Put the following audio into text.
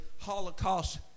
Holocaust